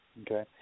Okay